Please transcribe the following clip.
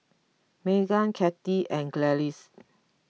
Maegan Kathy and Gladys